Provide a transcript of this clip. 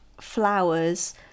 flowers